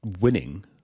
winning